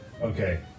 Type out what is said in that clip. Okay